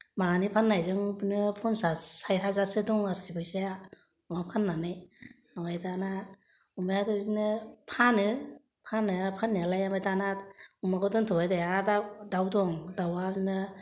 मानै फाननायजों बिदिनो फन्सास सायट हाजारसो दं आरोसै फैसाया अमा फाननानै ओमफ्राय दाना अमायाथ' बिदिनो फानो फाननाया फाननायालाय ओमफ्राय दाना अमाखौ दोन्थ'बाय दे आरो दा दाउ दं दाउआ बिदिनो